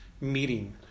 meeting